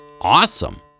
Awesome